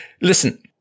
Listen